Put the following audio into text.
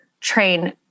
train